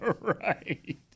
Right